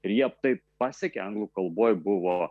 ir jie taip pasiekė anglų kalboj buvo